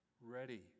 ready